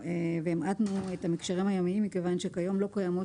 והמעטנו את המקשרים הימיים מכיוון שכיום לא קיימות